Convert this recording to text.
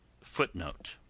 FOOTNOTE